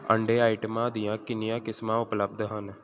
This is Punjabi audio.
ਅੰਡੇ ਆਈਟਮਾਂ ਦੀਆਂ ਕਿੰਨੀਆਂ ਕਿਸਮਾਂ ਉਪਲੱਬਧ ਹਨ